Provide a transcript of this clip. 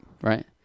right